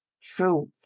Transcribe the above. truth